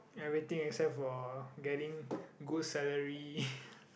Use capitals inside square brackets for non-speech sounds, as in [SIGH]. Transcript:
everything except for getting good salary [BREATH]